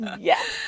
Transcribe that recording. Yes